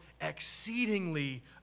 exceedingly